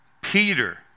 Peter